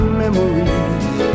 memories